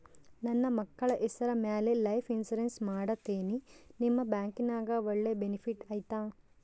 ನನ್ನ ಮಕ್ಕಳ ಹೆಸರ ಮ್ಯಾಲೆ ಲೈಫ್ ಇನ್ಸೂರೆನ್ಸ್ ಮಾಡತೇನಿ ನಿಮ್ಮ ಬ್ಯಾಂಕಿನ್ಯಾಗ ಒಳ್ಳೆ ಬೆನಿಫಿಟ್ ಐತಾ?